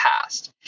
past